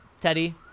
Teddy